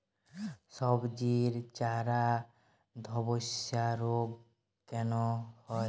সবজির চারা ধ্বসা রোগ কেন হয়?